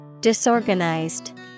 Disorganized